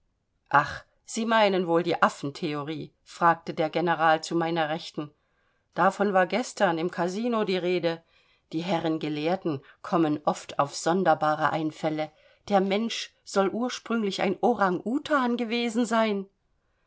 ach sie meinen wohl die affentheorie fragte der general zu meiner rechten davon war gestern im kasino die rede die herren gelehrten kommen oft auf sonderbare einfälle der mensch soll ursprünglich ein orang utang gewesen sein